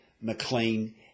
McLean